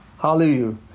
Hallelujah